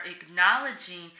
acknowledging